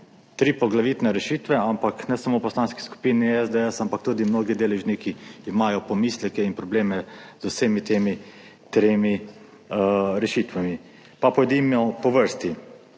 Tri poglavitne rešitve, ampak ne samo Poslanska skupina SDS, ampak tudi mnogi deležniki imajo pomisleke in probleme z vsemi temi rešitvami. Pa pojdimo po vrsti.